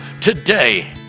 today